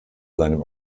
seinem